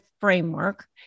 framework